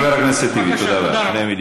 חבר הכנסת טיבי, תודה רבה.